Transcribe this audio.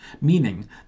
Meaning